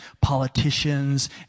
politicians